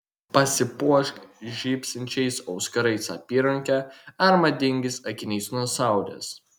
pasipuošk žybsinčiais auskarais apyranke ar madingais akiniais nuo saulės